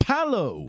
Palo